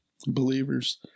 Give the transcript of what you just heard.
believers